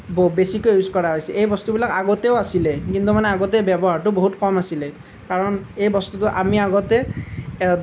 বহুত বেছিকৈ ইউজ কৰা হৈছে এই বস্তুবিলাক আগতেও আছিলে কিন্তু মানে আগতে ব্যৱহাৰটো বহুত কম আছিলে কাৰণ এই বস্তুটো আমি আগতে